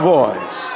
voice